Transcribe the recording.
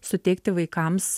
suteikti vaikams